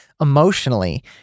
emotionally